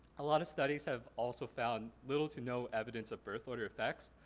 a lot of studies have also found little to no evidence of birth order effects.